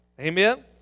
amen